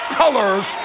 colors